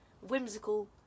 whimsical